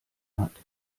hat